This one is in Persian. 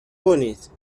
کنید